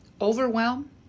Overwhelm